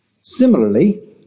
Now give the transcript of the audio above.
Similarly